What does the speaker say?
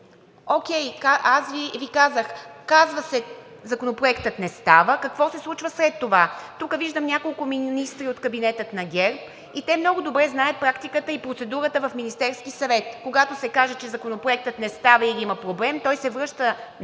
Вие, аз Ви казах, че се казва: законопроектът не става, но какво се случва след това? Виждам няколко министри от кабинета на ГЕРБ и те много добре знаят практиката и процедурата в Министерския съвет. Когато се каже, че законопроектът не става или че има проблем, той се връща